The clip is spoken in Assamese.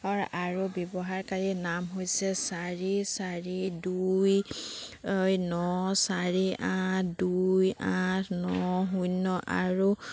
আৰু ব্যৱহাৰকাৰী নাম হৈছে চাৰি চাৰি দুই ন চাৰি আঠ দুই আঠ ন শূন্য আৰু